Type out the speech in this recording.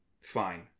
fine